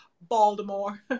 Baltimore